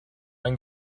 ein